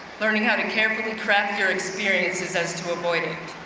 learning how to carefully craft your experiences as to avoid it.